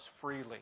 freely